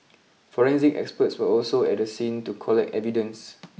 forensic experts were also at the scene to collect evidence